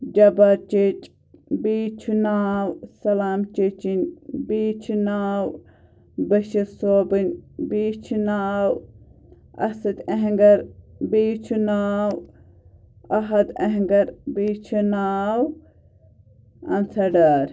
جَبار چیٚچہِ بیٚیِس چھُ ناو سَلام چیٚچِنۍ بیٚیِس چھُ ناو بٔشیٖر صٲبٕنۍ بیٚیِس چھُ ناو اسد اہنٛگر بیٚیِس چھُ ناو احد اہنٛگر بیٚیس چھُ ناو اظہر ڈار